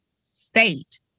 state